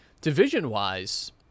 division-wise